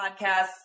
podcasts